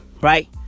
right